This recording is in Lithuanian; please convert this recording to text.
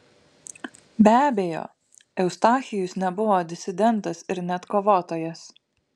be abejo eustachijus nebuvo disidentas ir net kovotojas